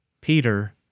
Peter